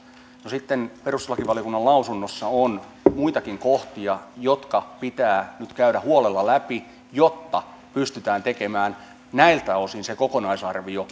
no sitten perustuslakivaliokunnan lausunnossa on muitakin kohtia jotka pitää nyt käydä huolella läpi jotta pystytään tekemään näiltä osin se kokonaisarvio